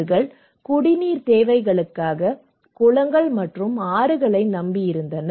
அவர்கள் குடிநீர் தேவைகளுக்காக குளங்கள் மற்றும் ஆறுகளை நம்பியிருந்தனர்